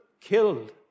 killed